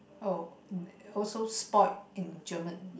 oh also spoiled in German